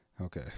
Okay